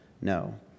No